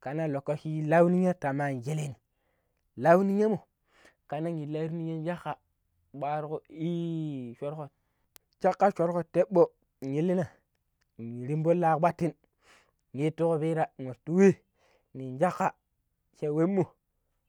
kamin lokoshi lau ninya ta maan shelle ni lau ninyan mo kannan illan ri ninya ni shakka ƙwarugo ii ashorgo shakka shorgo tebo yillina nn rimbon la kwatin yitu kupira watu wai nin shakka sha wainmo.